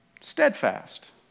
steadfast